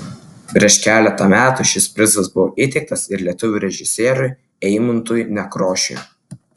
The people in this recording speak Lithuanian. prieš keletą metų šis prizas buvo įteiktas ir lietuvių režisieriui eimuntui nekrošiui